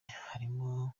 harimo